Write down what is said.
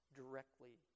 directly